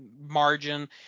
margin